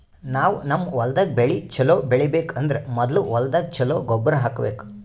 ನಾವ್ ನಮ್ ಹೊಲ್ದಾಗ್ ಬೆಳಿ ಛಲೋ ಬೆಳಿಬೇಕ್ ಅಂದ್ರ ಮೊದ್ಲ ಹೊಲ್ದಾಗ ಛಲೋ ಗೊಬ್ಬರ್ ಹಾಕ್ಬೇಕ್